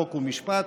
חוק ומשפט,